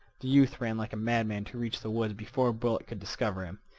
youth ran like a madman to reach the woods before a bullet could discover him.